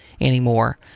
anymore